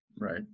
Right